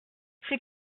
c’est